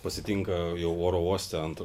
pasitinka jau oro uoste ant